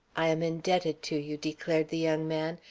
i am indebted to you, declared the young man.